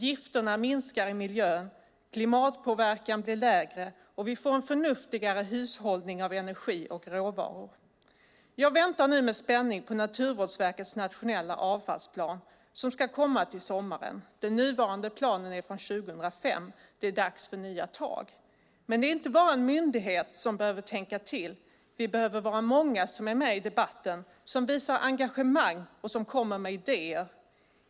Gifterna minskar i miljön, klimatpåverkan blir lägre och vi får en förnuftigare hushållning av energi och råvaror. Jag väntar nu med spänning på Naturvårdsverkets nationella avfallsplan som ska komma till sommaren. Den nuvarande planen är från 2005. Det är dags för nya tag. Men det är inte bara en myndighet som behöver tänka till. Vi behöver vara många som är med i debatten, som visar engagemang och som kommer med idéer.